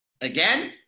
again